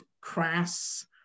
crass